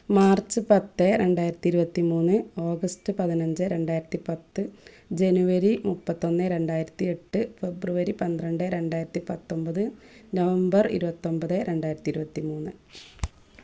March പത്ത് രണ്ടായിരത്തി ഇരുപത്തി മൂന്ന് ഓഗസ്റ്റ് പതിനഞ്ച് രണ്ടായിരത്തി പത്ത് ജനുവരി മുപ്പത്തൊന്ന് രണ്ടായിരത്തി എട്ട് ഫെബ്രുവരി പന്ത്രണ്ട് രണ്ടായിരത്തി പത്തൊൻപത് നവമ്പർ ഇരുപത്തൊൻപത് രണ്ടായിരത്തി ഇരുപത്തി മൂന്ന്